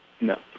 No